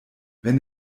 wenn